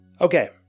Okay